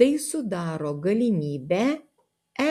tai sudaro galimybę e